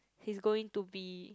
his going to be